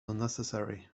unnecessary